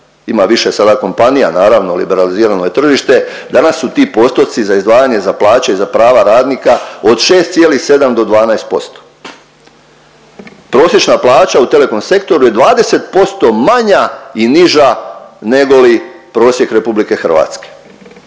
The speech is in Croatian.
ima više sada kompanija naravno liberalizirano je tržište, danas su ti postupci za izdvajanje za plaće za prava radnika od 6,7 do 12%. Prosječna plaća u telekom sektoru je 20% manja i niža negoli prosjek RH, a